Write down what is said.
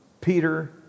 Peter